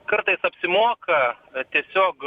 kartais apsimoka tiesiog